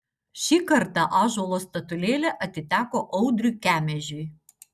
šį kartą ąžuolo statulėlė atiteko audriui kemežiui